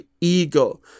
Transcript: ego